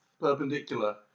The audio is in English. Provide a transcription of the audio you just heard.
Perpendicular